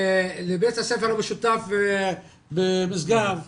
לבית הספר המשותף במשגב.